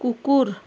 कुकुर